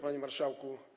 Panie Marszałku!